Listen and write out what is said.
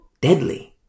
deadly